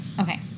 Okay